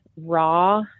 raw